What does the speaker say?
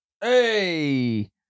hey